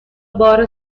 بار